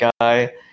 guy